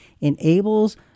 enables